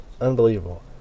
Unbelievable